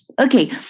Okay